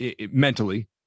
mentally